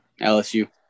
lsu